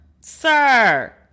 sir